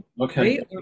okay